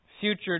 future